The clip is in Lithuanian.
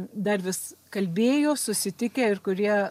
dar vis kalbėjo susitikę ir kurie